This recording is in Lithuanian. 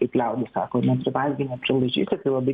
kaip liaudis sako neprivalgei neprilaižysi tai labai